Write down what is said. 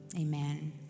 amen